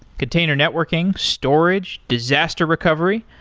container networking, storage, disaster recovery,